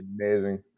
Amazing